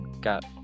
got